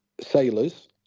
sailors